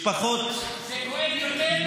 משפחות, זה כואב יותר,